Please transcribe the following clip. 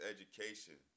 Education